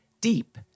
deep